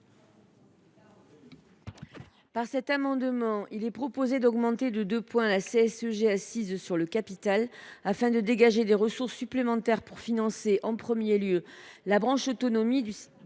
Par cet amendement, nous proposons d’augmenter de 2 points le taux de CSG assise sur le capital. Il s’agit de dégager des ressources supplémentaires pour financer en premier lieu la branche autonomie de la